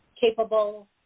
capable